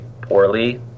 poorly